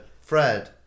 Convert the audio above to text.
Fred